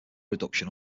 reduction